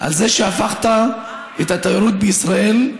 על זה שהפכת את התיירות בישראל,